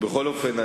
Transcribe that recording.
בכל אופן,